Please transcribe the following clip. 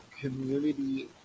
community